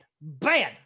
Bad